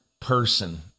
person